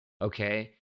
Okay